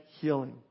healing